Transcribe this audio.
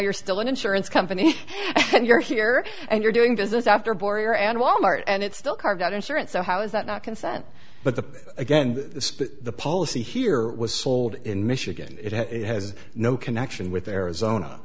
you're still an insurance company and you're here and you're doing business after borger and wal mart and it's still carved out insurance so how is that not consent but the again the policy here was sold in michigan it has no connection with arizona